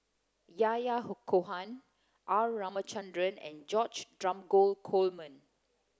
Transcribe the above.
Yahya Cohen R Ramachandran and George Dromgold Coleman